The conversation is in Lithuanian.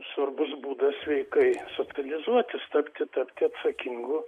svarbus būdas sveikai socializuotis tapti tapti atsakingu